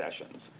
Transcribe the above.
sessions